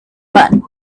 bun